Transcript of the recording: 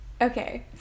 Okay